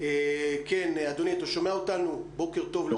בוקר טוב.